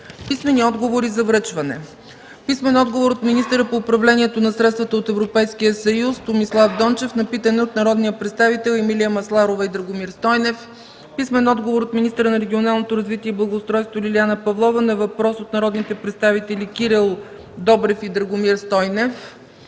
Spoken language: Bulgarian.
Писмени отговори за връчване. Писмен отговор от: - министъра по управление на средствата от Европейския съюз Томислав Дончев на питане от народните представители Емилия Масларова и Драгомир Стойнев; - министъра на регионалното развитие и благоустройството Лиляна Павлова на въпрос от народните представители Кирил Добрев и Драгомир Стойнев;